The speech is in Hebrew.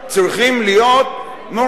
צריכים להיות מעורבים,